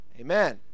Amen